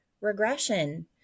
regression